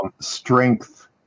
Strength